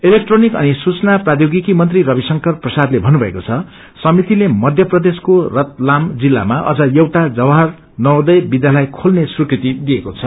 electronic अनि सुचना प्रौष्योगिकी मंत्री रविशंकर प्रसादले भन्नुभएको द समितिले मध्यप्रदेशको रतलाम जिल्लामा अझ एउटा जवाहर नवोदय विध्यालय खेल्ने स्वीकृति दिएको छ